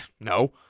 No